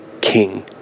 king